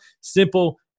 simple